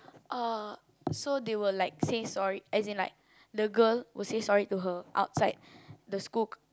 uh so they will like say sorry as in like the girl will say sorry to her outside the school c~